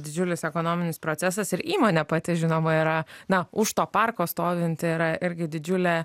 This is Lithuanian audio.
didžiulis ekonominis procesas ir įmonė pati žinoma yra na už to parko stovinti yra irgi didžiulė